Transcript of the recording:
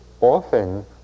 Often